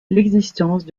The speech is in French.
l’existence